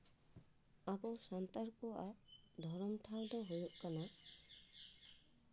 ᱟᱵᱚ ᱥᱟᱱᱛᱟᱲ ᱠᱚᱣᱟᱜ ᱫᱷᱚᱨᱚᱢ ᱴᱷᱟᱶ ᱫᱚ ᱦᱩᱭᱩᱜ ᱠᱟᱱᱟ